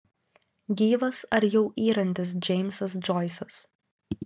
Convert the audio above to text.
gyvas ar jau yrantis džeimsas džoisas